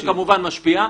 שכמובן משפיע.